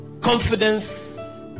confidence